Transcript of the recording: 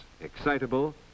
excitable